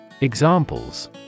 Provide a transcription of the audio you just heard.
Examples